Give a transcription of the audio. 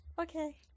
Okay